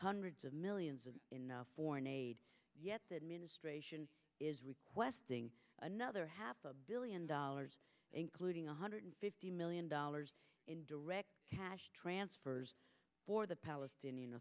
hundreds of millions and in the foreign aid yet the administration is requesting another half a billion dollars including a hundred fifty million dollars in direct cash transfers for the palestinian